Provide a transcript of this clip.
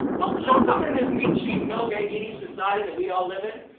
well how come in this meat, cheese, milk, egg eating society that we all live in,